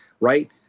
right